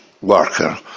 worker